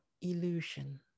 illusion